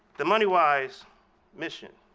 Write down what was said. the moneywise mission,